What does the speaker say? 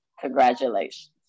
Congratulations